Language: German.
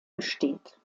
besteht